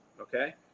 Okay